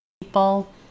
People